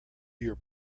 year